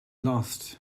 lost